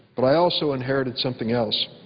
but i also inherited something else.